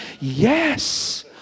Yes